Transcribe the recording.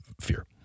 fear